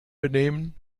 benehmen